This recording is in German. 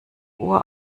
uhr